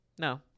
No